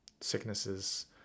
sicknesses